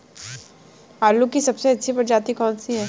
आलू की सबसे अच्छी प्रजाति कौन सी है?